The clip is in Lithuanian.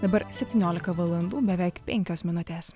dabar septyniolika valandų beveik penkios minutės